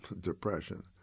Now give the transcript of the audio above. depression